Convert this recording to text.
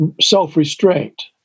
self-restraint